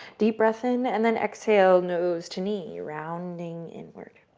deep breath in and then exhale nose to knee, rounding inward.